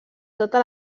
totes